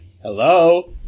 Hello